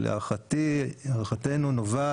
שלהערכתנו,